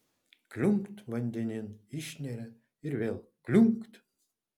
kliunkt vandenin išneria ir vėl kliunkt